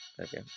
Okay